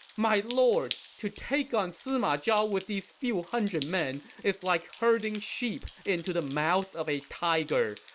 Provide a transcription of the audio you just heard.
my lord! to take on sima zhao with these few hundred men is like herding sheep into the mouth of a tiger.